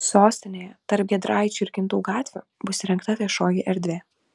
sostinėje tarp giedraičių ir kintų gatvių bus įrengta viešoji erdvė